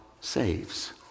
saves